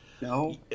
No